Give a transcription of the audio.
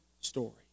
story